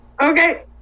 okay